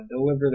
deliver